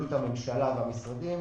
פעילות הממשלה והמשרדים